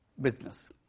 business